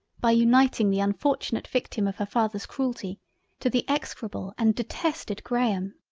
by uniting the unfortunate victim of her father's cruelty to the execrable and detested graham.